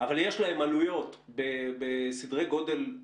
כדי שתהיה להם את היכולת להרגיש בטחון להמשיך את הטיפול שהם